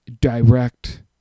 direct